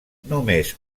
només